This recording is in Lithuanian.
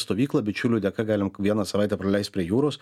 stovyklą bičiulių dėka galim vieną savaitę praleist prie jūros